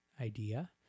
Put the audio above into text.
idea